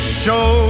show